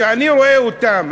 כשאני רואה אותם,